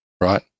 right